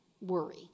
worry